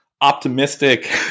optimistic